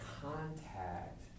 contact